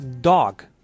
dog